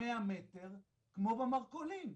למאה מטר, כמו במרכולים.